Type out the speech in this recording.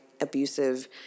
abusive